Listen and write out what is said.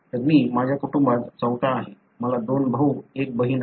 तर मी माझ्या कुटुंबात चौथा आहे मला दोन भाऊ एक बहीण आहे